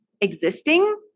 existing